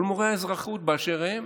כל מורי האזרחות באשר הם,